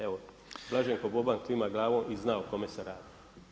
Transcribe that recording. Evo Blaženko Boban klima glavom i zna o kome se radi.